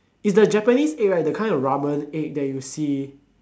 is the Japanese egg right the kind of ramen egg that you see